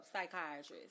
psychiatrist